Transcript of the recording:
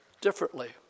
differently